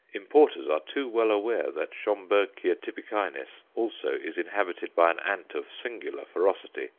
importers are too well aware that schomburgkia tibicinis also is inhabited by an ant of singular ferocity,